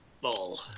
ball